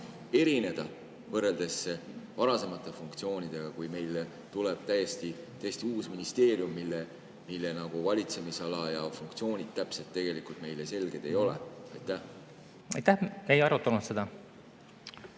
erineda, võrreldes varasemate funktsioonidega, kui meile tuleb täiesti uus ministeerium, mille valitsemisala ja funktsioonid täpselt tegelikult meile selged ei ole? Austatud istungi